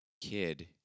kid